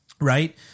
Right